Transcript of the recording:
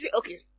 okay